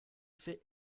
fait